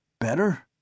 Better